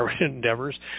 endeavors